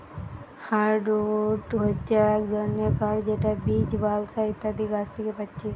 hardwood হচ্ছে এক ধরণের কাঠ যেটা বীচ, বালসা ইত্যাদি গাছ থিকে পাচ্ছি